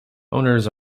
owners